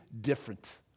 different